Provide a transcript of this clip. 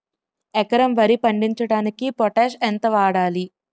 ఎకరం వరి పండించటానికి పొటాష్ ఎంత వాడాలి?